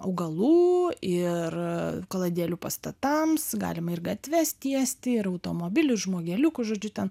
augalų ir kaladėlių pastatams galima ir gatves tiesti ir automobilių ir žmogeliukų žodžiu ten